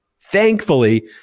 thankfully